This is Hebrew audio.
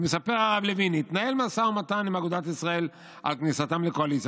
ומספר הרב לוין: "התנהל משא ומתן עם אגודת ישראל על כניסתם לקואליציה,